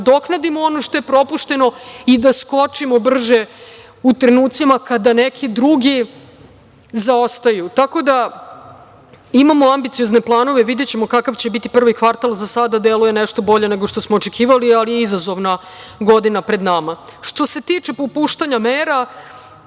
nadoknadimo ono što je propušteno i da skočimo brže u trenucima kada neki drugi zaostaju. Tako da, imamo ambiciozne planove. Videćemo kakav će biti prvi kvartal. Za sada deluje nešto bolje nego što smo očekivali, ali je izazovna godina pred nama. Što se tiče popuštanja mera,